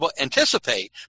anticipate